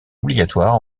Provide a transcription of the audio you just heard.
obligatoire